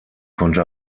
konnte